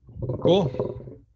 Cool